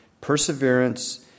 perseverance